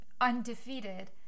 undefeated